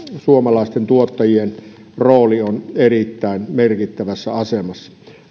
suomalaisten tuottajien rooli on erittäin merkittävässä asemassa